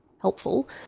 helpful